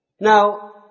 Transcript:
Now